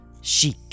Chic